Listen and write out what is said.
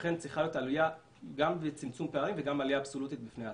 לכן צריכה להיות עלייה גם בצמצום פערים וגם עלייה אבסולוטית בפני עצמה.